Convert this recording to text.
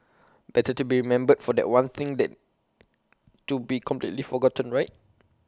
better to be remembered for that one thing than to be completely forgotten right